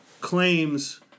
claims